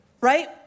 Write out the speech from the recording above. Right